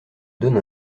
donne